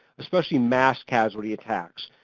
especially mass casualty attacks,